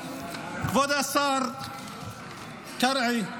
כבוד השר קרעי,